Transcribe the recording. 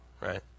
right